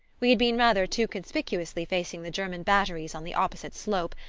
we had been rather too conspicuously facing the german batteries on the opposite slope,